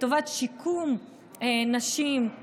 לטובת שיקום נשים,